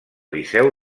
liceu